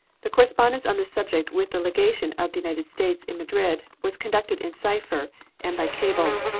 the correspondence on this subject with the legation of the united states in madrid was conducted in cipher and by cable,